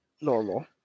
normal